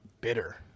bitter